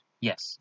Yes